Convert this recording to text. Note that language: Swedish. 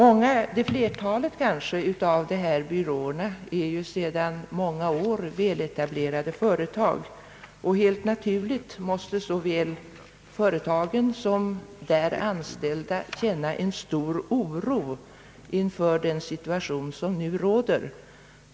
Flertalet av dessa byråer är sedan många år väletablerade företag, och helt naturligt måste såväl företagen som de anställda känna stor oro inför den situation som nu råder.